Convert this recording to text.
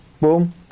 boom